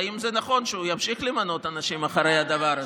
ואם זה נכון שהוא ימשיך למנות אנשים אחרי הדבר הזה.